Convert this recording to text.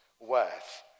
worth